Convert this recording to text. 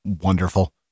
wonderful